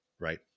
right